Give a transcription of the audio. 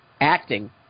acting